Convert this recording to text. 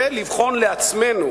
ולבחון לעצמנו,